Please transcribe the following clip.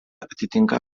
atitinka